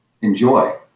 enjoy